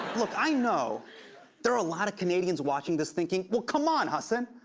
look, i know there are a lot of canadians watching this thinking, well, come on, hasan.